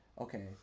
Okay